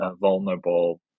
vulnerable